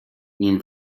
nim